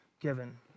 given